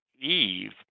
Eve